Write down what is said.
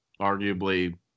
arguably